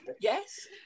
yes